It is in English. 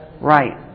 Right